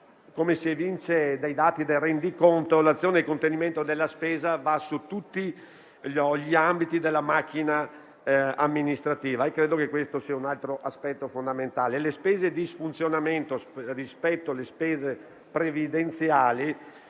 Come si evince dai dati del rendiconto, l'azione di contenimento della spesa riguarda tutti gli ambiti della macchina amministrativa e credo che questo sia un altro aspetto fondamentale. Il rapporto tra spese di funzionamento e spese previdenziali